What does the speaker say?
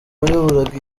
wayoboraga